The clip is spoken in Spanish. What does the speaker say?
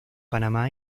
panamá